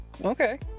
Okay